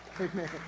Amen